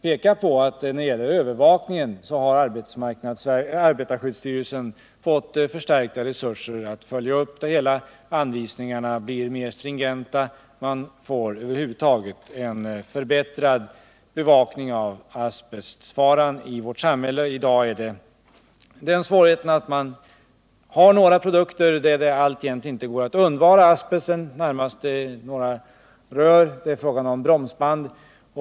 När det gäller övervakningen så har arbetarskyddsstyrelsen fått ökade Nr 45 resurser för att kunna följa upp ärendena. Anvisningarna har blivit mera Fredagen den stringenta. Över huvud taget har man fått en förbättrad bevakning när det 1 december 1978 gäller asbestfaran i vårt samhälle. Vad som i dag är svårt är att vi fortfarande har några produkter där det Om totalförbud alltjämt inte går att undvara asbest. Det gäller närmast vissa rör och bromsband.